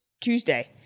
Tuesday